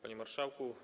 Panie Marszałku!